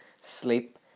sleep